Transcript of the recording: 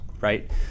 right